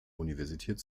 universität